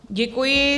Děkuji.